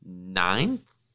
ninth